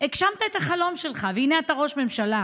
הגשמת את החלום שלך, והינה אתה ראש ממשלה.